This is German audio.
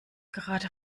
gerade